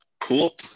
Cool